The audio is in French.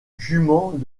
jument